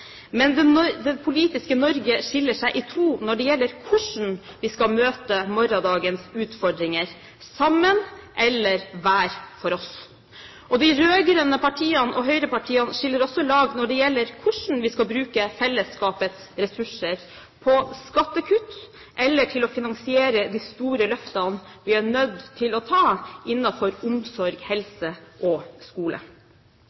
men det politiske Norge skiller seg i to når det gjelder hvordan vi skal møte morgendagens utfordringer – sammen eller hver for oss. De rød-grønne partiene og høyrepartiene skiller også lag når det gjelder hvordan vi skal bruke fellesskapets ressurser: på skattekutt eller til å finansiere de store løftene vi er nødt til å ta innenfor omsorg,